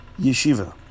yeshiva